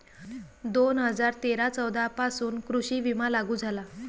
दोन हजार तेरा चौदा पासून कृषी विमा लागू झाला